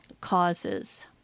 causes